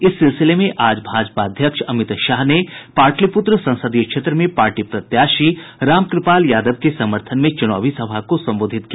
इस सिलसिले में आज भाजपा अध्यक्ष अमित शाह ने पाटलिपुत्र संसदीय क्षेत्र में पार्टी प्रत्याशी रामकृपाल यादव के समर्थन में चुनावी सभा को संबोधित किया